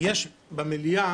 במליאה